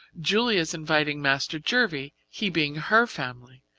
julia's inviting master jervie, he being her family,